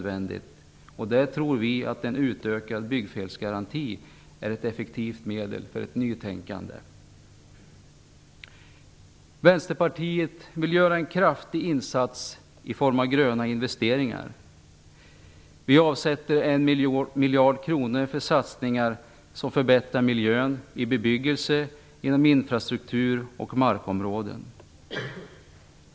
Vi tror att en utökad byggfelsgaranti är ett effektivt medel för ett nytänkande på detta område. Vänsterpartiet vill göra en kraftig insats i form av gröna investeringar. Vi avsätter 1 miljard kronor för satsningar som förbättrar miljön i bebyggelse, inom infrastruktur och markområden.